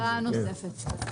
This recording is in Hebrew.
הודעה נוספת.